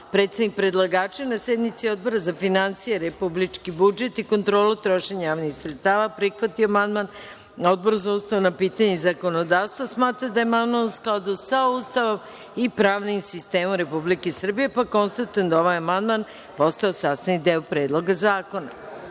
predlagača je na sednici Odbora za finansije, republički budžet i kontrolu trošenja javnih sredstava prihvatio amandman, a Odbor za ustavna pitanja i zakonodavstvo smatra da je amandman u skladu sa Ustavom i pravnim sistemom Republike Srbije pa konstatujem da je ovaj amandman postao sastavni deo ovog Predloga zakona. Reč